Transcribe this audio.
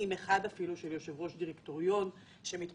אם אחד אפילו, של יושב-ראש דירקטוריון שמתפטר.